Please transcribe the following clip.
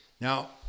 Now